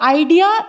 idea